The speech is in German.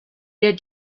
der